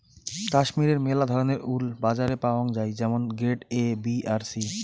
কাশ্মীরের মেলা ধরণের উল বাজারে পাওয়াঙ যাই যেমন গ্রেড এ, বি আর সি